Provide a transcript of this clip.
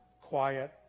quiet